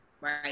right